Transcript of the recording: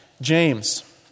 James